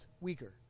weaker